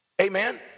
Amen